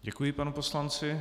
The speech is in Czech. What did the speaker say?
Děkuji panu poslanci.